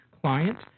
client